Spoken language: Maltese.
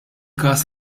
każ